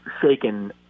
shaken